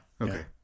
Okay